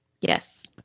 Yes